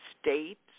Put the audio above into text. states